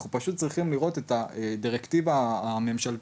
אנחנו פשוט צריכים לראות הדירקטיבה הממשלתית